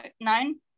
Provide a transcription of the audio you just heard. nine